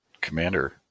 commander